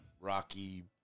rocky